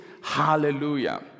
hallelujah